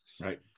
Right